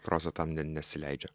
proza tam nesileidžia